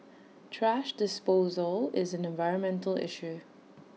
thrash disposal is an environmental issue